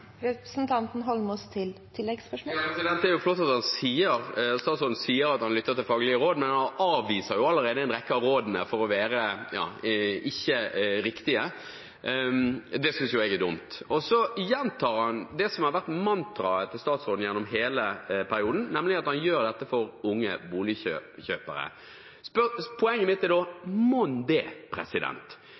Det er jo flott at statsråden sier at han lytter til faglige råd, men han avviser jo allerede en rekke av rådene og sier at de ikke er riktige. Det synes jo jeg er dumt. Så gjentar han det som har vært mantraet til statsråden i hele perioden, nemlig at han gjør dette for unge boligkjøpere. Poenget mitt er da: Mon det, president!